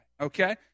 okay